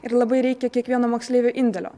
ir labai reikia kiekvieno moksleivio indėlio